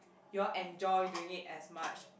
you all enjoy doing it as much